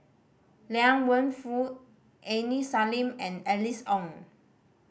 Liang Wenfu Aini Salim and Alice Ong